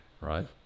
Right